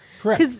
Correct